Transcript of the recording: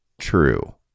true